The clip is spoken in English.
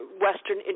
Western